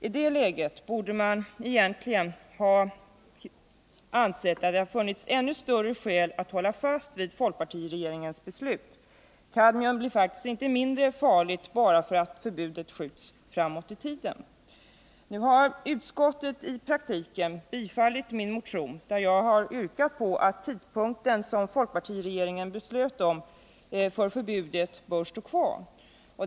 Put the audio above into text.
I det läget borde det naturligtvis ha funnits ännu större skäl att hålla fast vid folkpartiregeringens beslut. Kadmium blir faktiskt inte mindre farligt bara därför att förbudet skjuts framåt i tiden. Nu har utskottet i praktiken tillstyrkt min motion, vari jag yrkar på att den tidpunkt som folkpartiregeringen beslöt om för förbudet borde stå kvar.